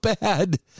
bad